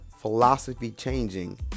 philosophy-changing